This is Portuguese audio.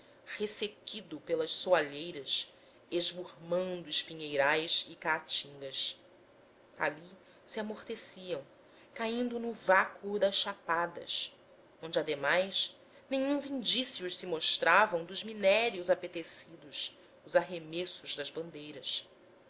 ressequido pelas soalheiras esvurmando espinheiras e caatingas ali se amorteciam caindo no vácuo das chapadas onde ademais nenhuns indícios se mostravam dos minérios apetecidos os arremessos das bandeiras